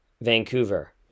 Vancouver